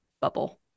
bubble